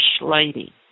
lady